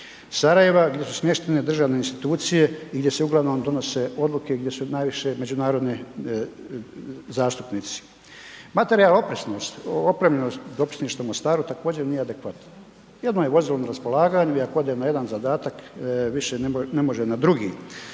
Sarajeva gdje su smještene državne institucije i gdje se uglavnom donose odluke, gdje su najviše međunarodne zastupnici. Materijalna opremljenost dopisništva u Mostaru također nije adekvatno, jedno je vozilo na raspolaganju i ako odem na jedan zadatak više ne može na drugi,